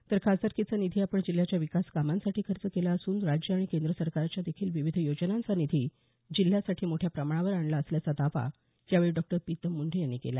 तर खासदारकीचा निधी आपण जिल्ह्याच्या विकास कामांसाठी खर्च केला असून राज्य आणि केंद्र सरकारच्या देखील विविध योजनांचा निधीही जिल्ह्यासाठी मोठ्या प्रमाणावर आणला असल्याचा दावा यावेळी डॉक्टर प्रितम मुंडे यांनी केला